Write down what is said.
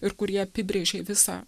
ir kurie apibrėžė visą